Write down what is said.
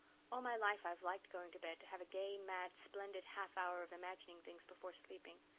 all my life i've liked going to bed, to have a gay, mad, splendid half-hour of imagining things before sleeping.